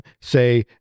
say